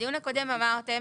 בדיון הקודם אמרתם